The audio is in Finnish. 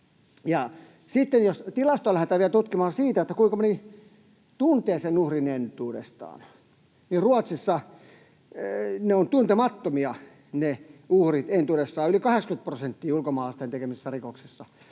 tilastoa siitä, kuinka moni tuntee sen uhrin entuudestaan, niin Ruotsissa ne uhrit ovat entuudestaan tuntemattomia yli 80 prosentissa ulkomaalaisten tekemistä rikoksista.